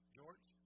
George